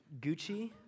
Gucci